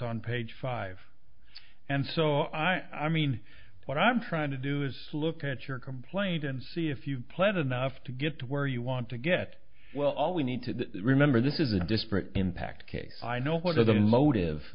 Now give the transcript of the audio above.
on page five and so i i mean what i'm trying to do is look at your complaint and see if you pled enough to get to where you want to get well we need to remember this is a disparate impact case i know what are the motive